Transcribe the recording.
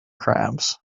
crabs